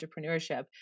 entrepreneurship